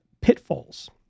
pitfalls